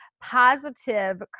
positive